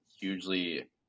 hugely